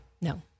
No